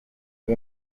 wer